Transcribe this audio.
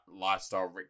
lifestyle